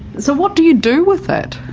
so what do you do with that?